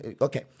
Okay